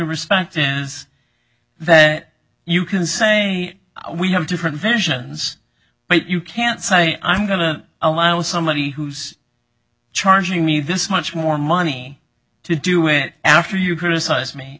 respect is that you can say we have different visions but you can't say i'm going to align with somebody who's charging me this much more money to do it after you criticize me